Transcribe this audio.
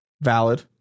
Valid